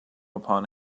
upon